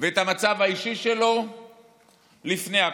ואת המצב האישי שלו לפני הכול?